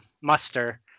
muster